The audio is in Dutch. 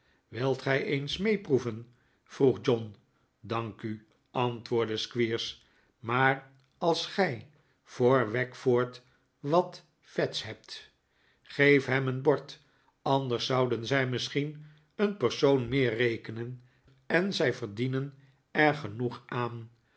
wilt gij eens meeproeven vroeg john dank u antwoordde squeers maar als gij voor wackford wat vets hebt geef hem een bord anders zouden zij misschien een persoon meer rekenen en zij verdienen er genoeg aan